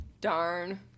Darn